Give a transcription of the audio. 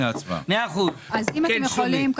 אם אתם יכולים,